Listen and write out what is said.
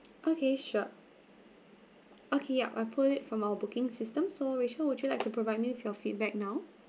okay sure okay yup I pull it from our booking system so rachel would you like to provide me with your feedback now